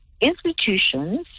institutions